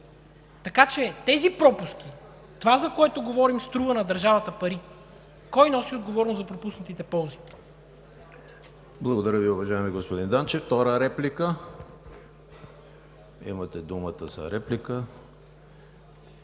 така че тези пропуски, това, за което говорим, струва на държавата пари. Кой носи отговорност за пропуснатите ползи?